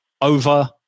over